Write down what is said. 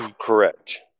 Correct